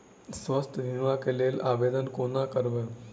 स्वास्थ्य बीमा कऽ लेल आवेदन कोना करबै?